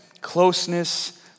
closeness